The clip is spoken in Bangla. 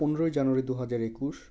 পনেরোই জানুয়ারি দু হাজার একুশ